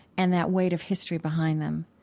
and that weight of history behind them.